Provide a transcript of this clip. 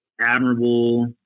admirable